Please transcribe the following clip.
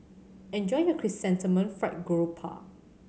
enjoy your Chrysanthemum Fried Garoupa